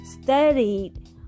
studied